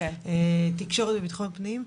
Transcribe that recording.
תקשורת וביטחון פנים,